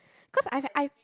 cause I I've